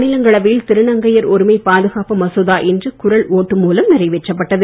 மாநிலங்களவை யில் திருநங்கையர் உரிமைப் பாதுகாப்பு மசோதா இன்று குரல் ஓட்டு மூலம் நிறைவேற்றப் பட்டது